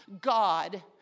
God